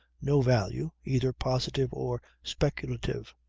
no value, either positive or speculative.